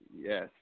yes